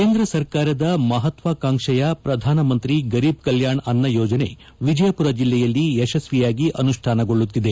ಕೇಂದ್ರ ಸರಕಾರದ ಮಹತ್ವಾಕಾಂಕ್ಷೆಯ ಪ್ರಧಾನಿ ಮಂತ್ರಿ ಗರೀಬ್ ಕಲ್ಯಾಷ್ ಅನ್ನ ಯೋಜನೆ ವಿಜಯಪುರ ಜಿಲ್ಲೆಯಲ್ಲಿ ಯಶಸ್ವಿಯಾಗಿ ಅನುಷ್ಠಾನಗೊಳ್ಳುತ್ತಿದೆ